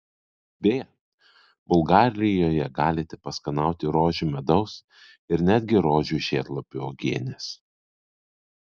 beje bulgarijoje galite paskanauti rožių medaus ir netgi rožių žiedlapių uogienės